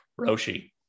Roshi